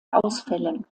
ausfällen